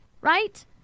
right